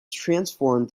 transformed